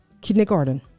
Kindergarten